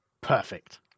Perfect